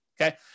okay